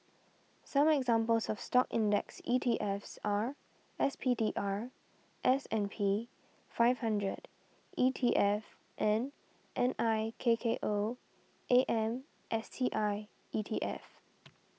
some examples of Stock index ETFs are S P D R S and P Five Hundred E T F and N I K K O A M S T I E T F